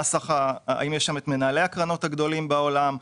האם יש שם את מנהלי הקרנות הגדולים בעולם,